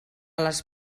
les